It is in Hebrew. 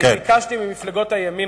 אני ביקשתי ממפלגות הימין,